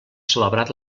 celebrat